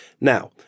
Now